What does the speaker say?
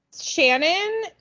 Shannon